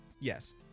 Yes